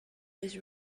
was